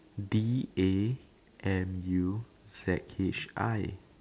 D A M U Z H I